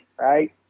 right